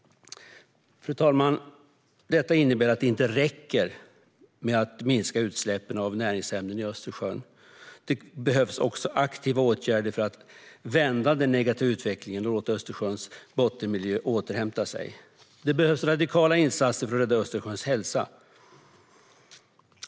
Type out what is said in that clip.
Fru talman! Detta innebär att det inte räcker med att minska utsläppen av näringsämnen i Östersjön. Det behövs också aktiva åtgärder för att vända den negativa utvecklingen och låta Östersjöns bottenmiljö återhämta sig. Det behövs radikala insatser för att rädda Östersjöns hälsa.